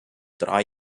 drei